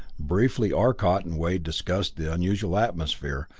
briefly arcot and wade discussed the unusual atmosphere,